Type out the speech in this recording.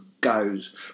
goes